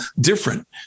different